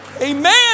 Amen